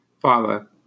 Father